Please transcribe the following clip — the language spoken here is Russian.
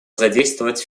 задействовать